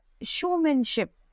showmanship